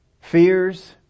fears